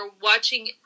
watching